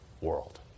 world